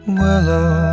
willow